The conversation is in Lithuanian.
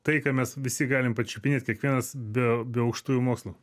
tai ką mes visi galim pačiupinėt kiekvienas be be aukštųjų mokslų